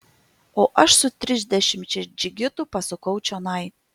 o aš su trisdešimčia džigitų pasukau čionai